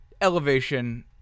Elevation